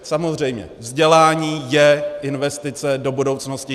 Samozřejmě vzdělání je investice do budoucnosti.